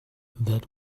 that